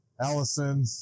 Allison